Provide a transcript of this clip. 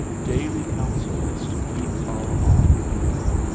daily counsel us to keep our arm feeble.